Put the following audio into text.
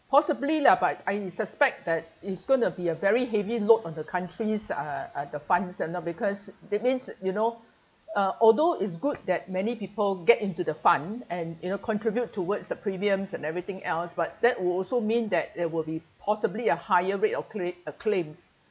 possibly lah but I suspect that it's gonna be a very heavy load on the country's uh uh the funds and all because that means you know uh although it's good that many people get into the fund and you know contribute towards the premiums and everything else but that would also mean that there will be possibly a higher rate of claim a claims